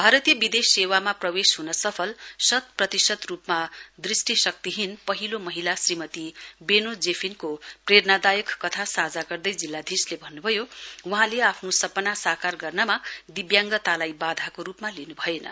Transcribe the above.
भारतीय विदेश सेवामा प्रवेश ह्न सफल शत प्रतिशत रुपमा दृष्टिशक्ति हीन पहिलो महिला श्रीमती बेनो जेफिनको प्रेरणादायक मूलक कथा साझा गर्दै जिल्लाधीशले भन्न्भयो वहाँले आफ्नो सपना साकार गर्नमा दिव्याङ्गतालाई बाधाको रुपमा लिनुभएन